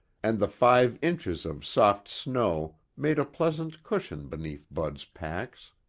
and the five inches of soft snow made a pleasant cushion beneath bud's pacs.